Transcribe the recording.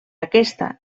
aquesta